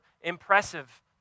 impressive